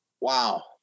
wow